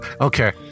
Okay